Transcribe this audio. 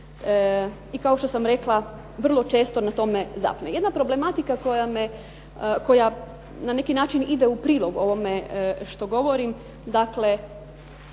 i kao što sam rekla vrlo često na tome zapne. Jedna problematika koja na neki način ide u prilog ovome što govorim, dakle